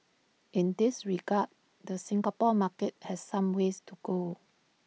in this regard the Singapore market has some ways to go